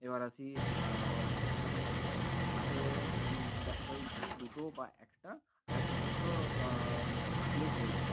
এবার আসি হাতের ক্ষেত্রে হাতে দেখা যায় কি দুটো বা একটা আয়তক্ষেত্র আঁকলেই হয়ে যায়